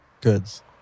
goods